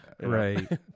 right